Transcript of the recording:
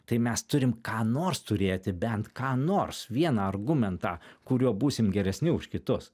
tai mes turim ką nors turėti bent ką nors vieną argumentą kuriuo būsim geresni už kitus